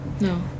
No